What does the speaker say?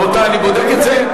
רבותי, אני בודק את זה.